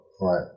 Right